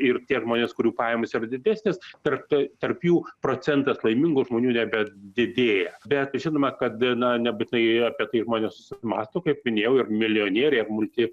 ir tie žmonės kurių pajamos yra didesnės tarp tarp jų procentas laimingų žmonių nebe didėja bet žinoma kad na nebūtinai apie tai žmonės susimąsto kaip minėjau ir milijonieriai ir multi